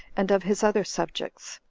and of his other subjects.